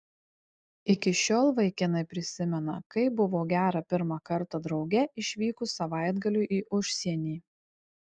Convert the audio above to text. iki šiol vaikinai prisimena kaip buvo gera pirmą kartą drauge išvykus savaitgaliui į užsienį